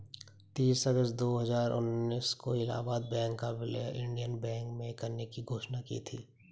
तीस अगस्त दो हजार उन्नीस को इलाहबाद बैंक का विलय इंडियन बैंक में करने की घोषणा की थी